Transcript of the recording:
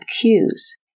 cues